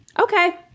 Okay